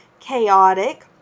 chaotic